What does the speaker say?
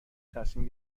تصمیم